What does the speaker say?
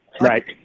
right